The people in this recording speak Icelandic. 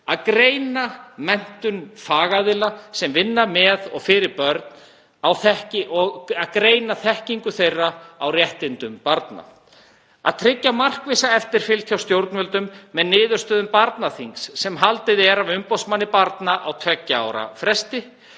að greina menntun fagaðila sem vinna með og fyrir börn og greina þekkingu þeirra á réttindum barna, að tryggja markvissa eftirfylgd hjá stjórnvöldum með niðurstöðum barnaþings sem haldið er af umboðsmanni barna á tveggja ára fresti,